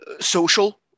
social